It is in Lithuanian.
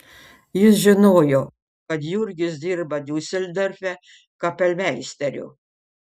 jis žinojo kad jurgis dirba diuseldorfe kapelmeisteriu